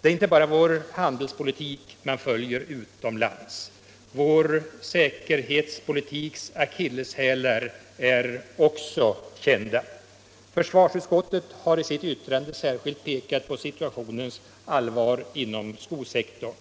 Det är inte bara vår handelspolitik man följer utomlands. Vår säkerhetspolitiks akilleshälar är också kända. Försvarsutskottet har i sitt yttrande särskilt pekat på situationens allvar inom skosektorn.